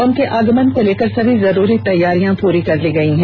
उनके आगमन को लेकर सभी जरूरी तैयारियां पूरी कर ली गई है